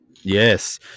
Yes